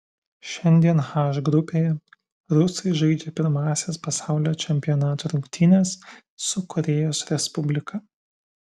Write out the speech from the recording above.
šiandien h grupėje rusai žaidžia pirmąsias pasaulio čempionato rungtynes su korėjos respublika